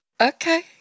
okay